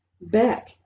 back